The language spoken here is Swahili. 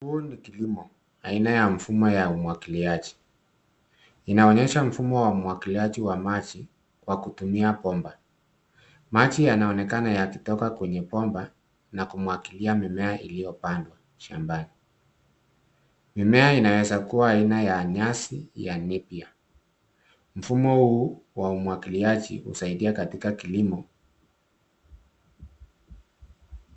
Huu ni kilimo, aina ya mfumo ya umwagiliaji. Inaonyesha mfumo wa umwagilaji wa maji, kwa kutumia bomba. Maji yanaonekana yakitoka kwenye bomba, na kumwagilia mimea iliyopandwa, shambani. Mimea inaweza kuwa aina ya nyasi, ya napier . Mfumo huu ,wa umwagiliaji, husaidia katika kilimo.